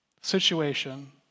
situation